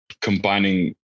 combining